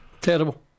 Terrible